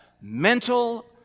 mental